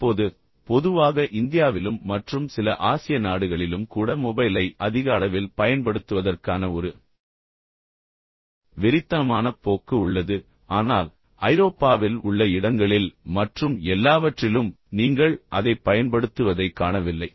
இப்போது பொதுவாக இந்தியாவிலும் மற்றும் சில ஆசிய நாடுகளிலும் கூட மொபைலை அதிக அளவில் பயன்படுத்துவதற்கான ஒரு வெறித்தனமான போக்கு உள்ளது ஆனால் ஐரோப்பாவில் உள்ள இடங்களில் மற்றும் எல்லாவற்றிலும் நீங்கள் அதைப் பயன்படுத்துவதைக் காணவில்லை